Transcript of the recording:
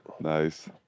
Nice